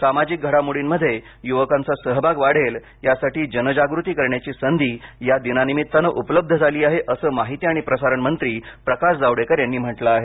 सामाजिक घडामोडींमध्ये युवकांचा सहभाग वाढेल यासाठी जनजागृती करण्याची संधी या दिना निमित्ताने उपलब्ध झाली आहे असं माहिती आणि प्रसारणमंत्री प्रकाशजावडेकर यांनी म्हटलं आहे